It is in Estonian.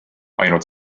ainult